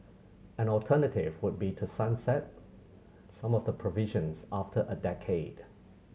an alternative would be to sunset some of the provisions after a decade